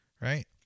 right